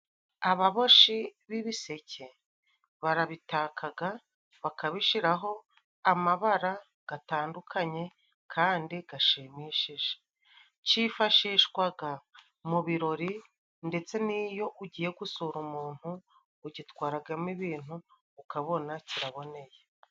Ababoshi b'ibiseke barabitakaga bakabishiraho amabara gatandukanye kandi gashimishije, cyifashishwaga mu birori ndetse n'iyo ugiye gusura umuntu, ugitwaragamo ibintu ukabona kiraboneye.